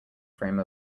frame